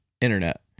internet